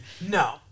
No